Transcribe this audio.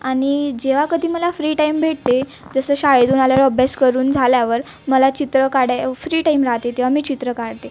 आणि जेव्हा कधी मला फ्री टाईम भेटते जसं शाळेतून आल्यावर अभ्यास करून झाल्यावर मला चित्र काढाय फ्री टायम राहते तेव्हा मी चित्र काढते